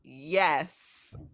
yes